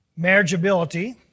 marriageability